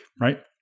right